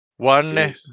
One